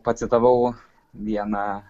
pacitavau vieną